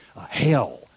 hell